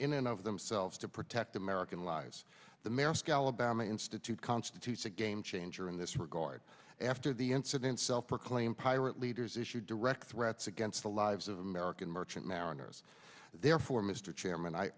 in and of themselves to protect american lives the maersk alabama institute constitutes a game changer in this regard after the incident self proclaimed pirate leaders issued direct threats against the lives of american merchant mariners therefore mr chairman i